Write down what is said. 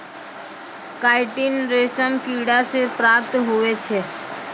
chitin रेशम किड़ा से प्राप्त हुवै छै